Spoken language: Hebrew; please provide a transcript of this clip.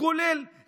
ואת